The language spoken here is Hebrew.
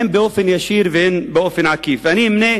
הן באופן ישיר והן באופן עקיף, ואני אמנה